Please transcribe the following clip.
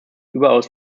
überaus